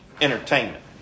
entertainment